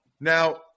Now